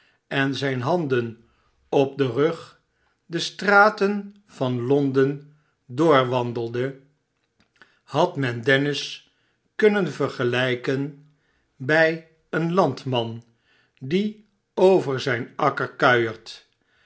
en zijne handen op den rug de straten van londen doorwandelde had men dennis kunnen vergelijken bij een landman die over zijn akker